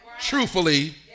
truthfully